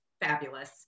fabulous